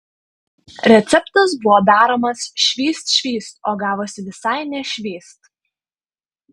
receptas buvo daromas švyst švyst o gavosi visai ne švyst